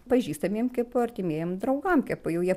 pažįstamiem kepu artimiem draugam kepu jau jie